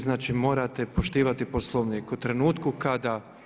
Znači morate poštivati Poslovnik u trenutku kada.